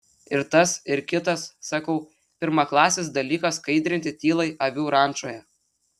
ir tas ir kitas sakau pirmaklasis dalykas skaidrinti tylai avių rančoje